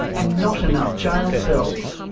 and not enough jail cells.